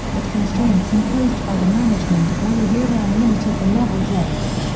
but constraints imposed by the management of all the year round limited the novel's length.